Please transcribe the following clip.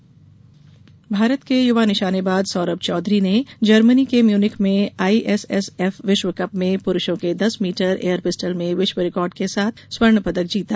निशानेबाजी पदक भारत के युवा निशानेबाज सौरभ चौधरी ने जर्मनी के म्यूनिख में आईएसएसएफ विश्व कप में पुरूषों के दस मीटर एयर पिस्टल में विश्व रिकार्ड के साथ स्वर्ण पदक जीता